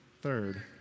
third